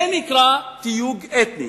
זה נקרא תיוג אתני.